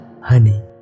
honey